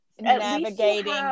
navigating